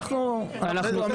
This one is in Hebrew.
ולחדד,